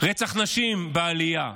רצח נשים, בעלייה,